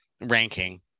ranking